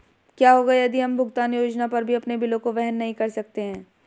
क्या होगा यदि हम भुगतान योजना पर भी अपने बिलों को वहन नहीं कर सकते हैं?